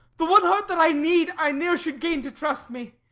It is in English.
the one heart that i need i ne'er should gain to trust me.